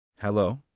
Hello